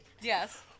Yes